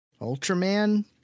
Ultraman